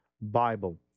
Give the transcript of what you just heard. Bible